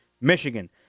Michigan